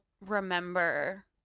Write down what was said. remember